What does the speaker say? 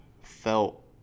felt